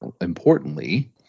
importantly